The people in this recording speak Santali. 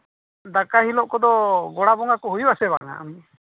ᱫᱟᱠᱟᱭ ᱦᱤᱞᱳᱜ ᱠᱚᱫᱚ ᱜᱚᱲᱟ ᱵᱚᱸᱜᱟ ᱠᱚᱫᱚ ᱦᱩᱭᱩᱜ ᱟᱥᱮ ᱵᱟᱝ ᱟ